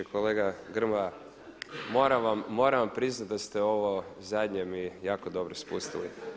Kolega Grmoja, moram vam priznati da ste ovo zadnje mi jako dobro spustili.